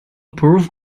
proof